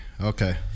Okay